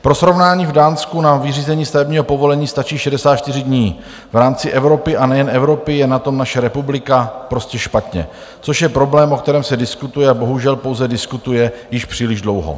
Pro srovnání, v Dánsku nám k vyřízení stavebního povolení stačí 64 dní, v rámci Evropy, a nejen Evropy, je na tom naše republika prostě špatně, což je problém, o kterém se diskutuje, a bohužel pouze diskutuje, již příliš dlouho.